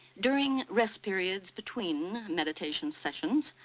during rest periods between meditation sessions,